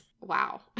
wow